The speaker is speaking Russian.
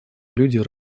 люди